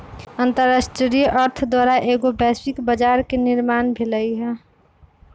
अंतरराष्ट्रीय अर्थ द्वारा एगो वैश्विक बजार के निर्माण भेलइ ह